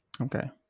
Okay